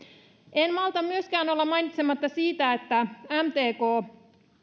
en malta myöskään olla mainitsematta siitä että mtk